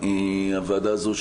הוועדה הזו,